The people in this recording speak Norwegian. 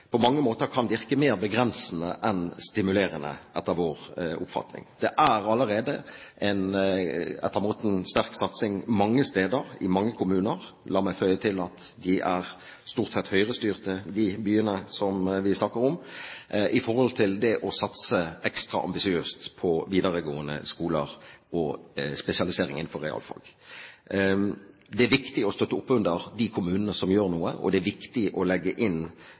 på mange måter kan virke mer begrensende enn stimulerende, etter vår oppfatning. Det er allerede en etter måten sterk satsing, en ekstra ambisiøs satsing, mange steder, i mange kommuner – la meg føye til at de byene vi snakker om, stort sett er Høyre-styrt – på videregående skoler og på spesialisering innenfor realfag. Det er viktig å støtte opp under de kommunene som gjør noe, og det er viktig å legge inn